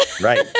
Right